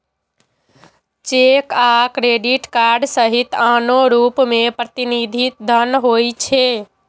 cheque आ credit card सहित आनो रूप मे प्रतिनिधि धन होइ छै